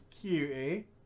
cutie